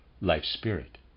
life-spirit